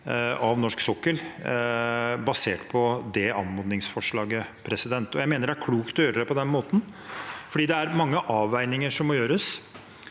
av norsk sokkel basert på det anmodningsvedtaket. Jeg mener det er klokt å gjøre det på den måten, for det er mange avveininger som må gjøres.